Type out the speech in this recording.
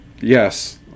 Yes